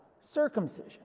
circumcision